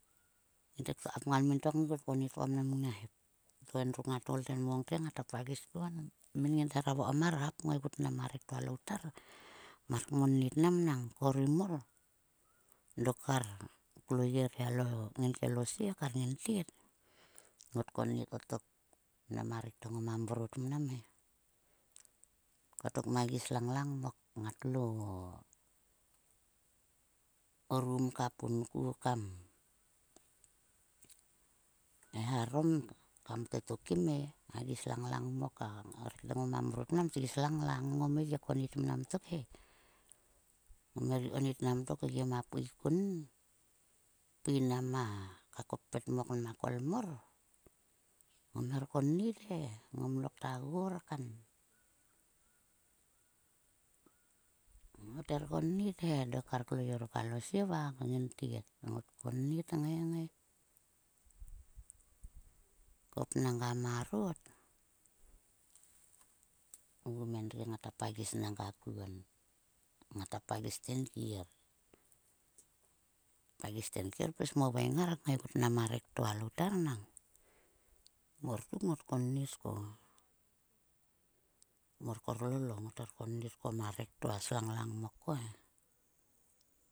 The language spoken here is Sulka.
Nginte ktua kapngan min to ngai ktua konit ko kim ngna hep. To endruk ngat koul te, ngate ktua pagis tenmo kuon min. min thera vokom mar to khop ngaigut ma rek to a loutar. Mar kmonit mnam nang korum mor. Dok kar klo lyie ri kelo sie kar ngin tet ngot konit kotok mnam a rek to ngoma mrot mnam he. Kotok mnam a gi slanglang mok. Ngat lo rum ka pun ku kam eharom kam totokim e. A gi slangslang mok. A rek to ngoma mrot mnam tngai gi slanglang ngom gi konit mram tok he. Ngom her konit mnam kgem a pui kun. A pui nama, ka koppet nmok nama kol mor ngom her konit he. Ngom lokta gor kan. Ngot her konit he dok kar ko lo yie ruk alo sie va ngin tet. Ngot konit ngai ngai hop nanga marot vgum endri ngata pagis nanga kuon. Ngata pagis tenkier. Pagis tenkier, pis moveng ngar ngaigut ma rek to aloutar nang mor tuk ngot konit ko. Mor korlolo ngot konit ko ma rek to a slanglang mok ko he.